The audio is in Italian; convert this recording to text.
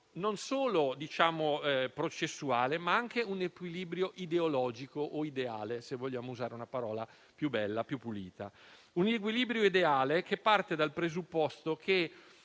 non solo processuale, ma anche ideologico o ideale, se vogliamo usare una parola più bella e più pulita. Questo equilibrio ideale parte dal presupposto che